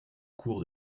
cour